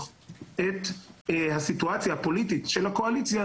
את הסיטואציה הפוליטית של הקואליציה,